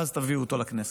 ואז תביאו אותו לכנסת.